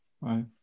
Right